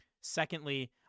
secondly